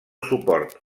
suport